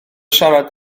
siarad